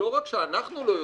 לא רק שאנחנו לא יודעים,